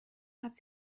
hat